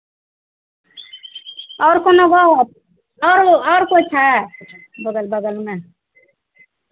आओर कोनो गप आओरो आओर कोइ छै बगल बगलमे